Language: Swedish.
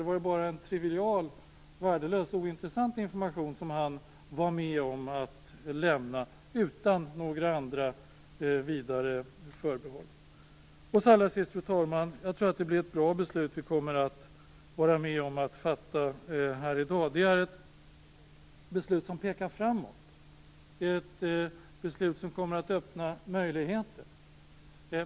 Var det bara en trivial, värdelös, ointressant information som han var med om att lämna utan några andra vidare förbehåll? Fru talman! Jag tror att det blir ett bra beslut vi kommer att fatta här i dag. Det är ett beslut som pekar framåt, ett beslut som kommer att ge möjligheter.